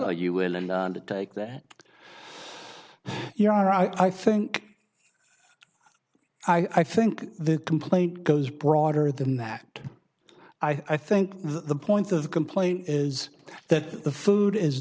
are you willing to take that your honor i think i think the complaint goes broader than that i think the point of the complaint is that the food is